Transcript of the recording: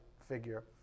figure